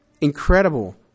Incredible